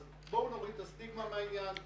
אז בואו נוריד את הסטיגמה מהעניין.